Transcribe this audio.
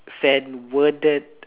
sent worded